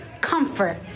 comfort